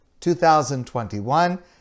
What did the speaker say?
2021